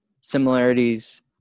similarities